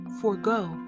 Forego